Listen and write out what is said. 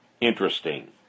Interesting